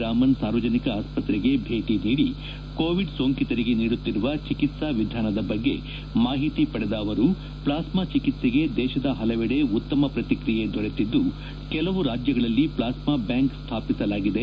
ರಾಮನ್ ಸಾರ್ವಜನಿಕ ಆಸ್ವತ್ರೆಗೆ ಭೇಟ ನೀಡಿ ಕೋವಿಡ್ ಸೋಂಕಿತರಿಗೆ ನೀಡುತ್ತಿರುವ ಚಿಕಿತ್ಲಾ ವಿಧಾನದ ಬಗ್ಗೆ ಮಾಹಿತಿ ಅವರು ಪ್ಲಾಸ್ಡಾ ಚಿಕಿತ್ಸೆಗೆ ದೇಶದ ಹಲವೆಡೆ ಉತ್ತಮ ಶ್ರತಿಕ್ರಿಯೆ ದೊರೆತಿದ್ದು ಕೆಲವು ರಾಜ್ಯಗಳಲ್ಲಿ ಪ್ಲಾಸ್ಮಾ ಬ್ಯಾಂಕ್ ಸ್ಮಾಪಿಸಲಾಗಿದೆ